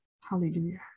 Hallelujah